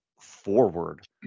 forward